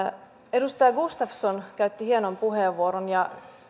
edustaja gustafsson käytti hienon puheenvuoron ja